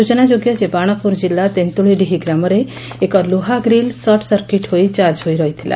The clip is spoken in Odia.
ସୁଚନାଯୋଗ୍ୟ ବାଣପୁର କିଲ୍ଲା ତେନ୍ଦୁଳିଡିହି ଗ୍ରାମରେ ଏକ ଲୁହା ଗ୍ରୀଲ ସର୍ଟ ସର୍କିଟ ହୋଇ ଚାର୍କ ହୋଇ ରହିଥିଲା